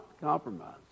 compromise